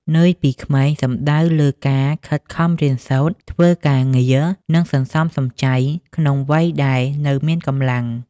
«នឿយពីក្មេង» សំដៅលើការខិតខំរៀនសូត្រ ធ្វើការងារ និងសន្សំសំចៃក្នុងវ័យដែលនៅមានកម្លាំង។